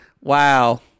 Wow